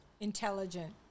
intelligent